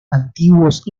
antiguos